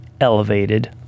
elevated